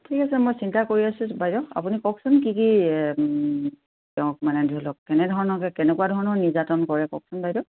ঠিক আছে মই চিন্তা কৰি আছোঁ বাইদেউ আপুনি কওকচোন কি কি তেওঁক মানে ধৰি লওক কেনে ধৰণ কেনেকুৱা ধৰণৰ নিৰ্যাতন কৰে কওকচোন বাইদেউ